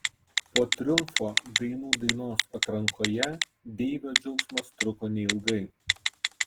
po triumfo dainų dainos atrankoje deivio džiaugsmas truko neilgai